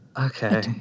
okay